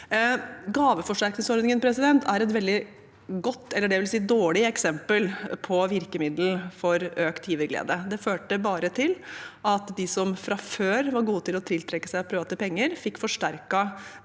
Gaveforsterkningsordningen er et veldig dårlig eksempel på virkemidler for økt giverglede. Det førte bare til at de som fra før var gode til å tiltrekke seg private penger, fikk forsterket